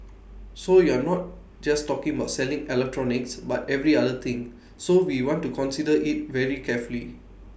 so you're not just talking about selling electronics but every other thing so we want to consider IT very carefully